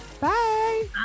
bye